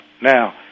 Now